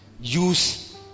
use